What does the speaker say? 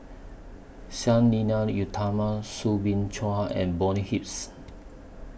Sang Nila Utama Soo Bin Chua and Bonny Hips